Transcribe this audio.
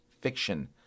fiction